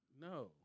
No